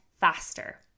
faster